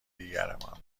دیگرمان